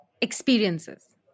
experiences